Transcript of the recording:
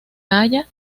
halla